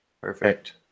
perfect